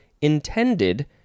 intended